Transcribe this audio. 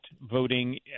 voting